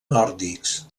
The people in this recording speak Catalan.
nòrdics